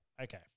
Okay